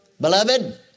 beloved